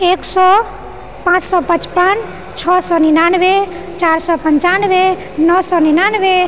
एक सए पाँच सए पचपन छओ सए निनानबे चार सए पञ्चान्बे नओ सए निनानबे